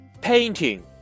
Painting